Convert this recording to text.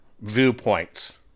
viewpoints